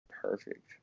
perfect